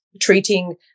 treating